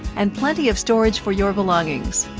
and plenty of storage for your belongings.